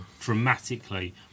dramatically